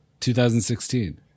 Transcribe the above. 2016